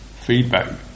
feedback